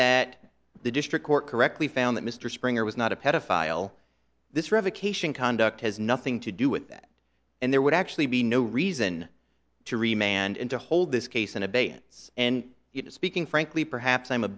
that the district court correctly found that mr springer was not a pedophile this revocation conduct has nothing to do with that and there would actually be no reason to remain and to hold this case in abeyance and it is speaking frankly perhaps i'm a